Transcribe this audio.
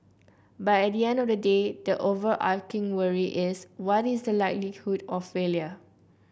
but at the end of the day the overarching worry is what is the likelihood of failure